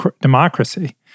democracy